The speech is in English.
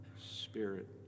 spirit